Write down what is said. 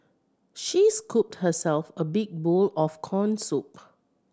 she scooped herself a big bowl of corn soup